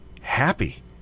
happy